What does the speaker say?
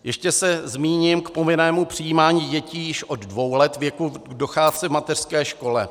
Ještě se zmíním o povinném přijímání dětí již od dvou let věku k docházce v mateřské škole.